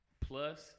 plus